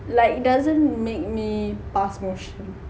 like doesn't make me pass motion